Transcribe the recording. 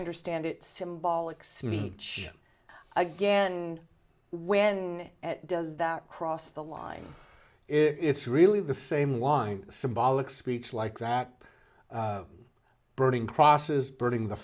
understand it symbolics meet each again when does that cross the line it's really the same wind symbolic speech like that burning crosses burning the